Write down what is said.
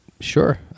Sure